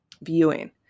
viewing